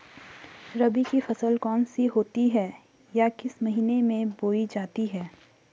रबी की फसल कौन कौन सी होती हैं या किस महीने में बोई जाती हैं?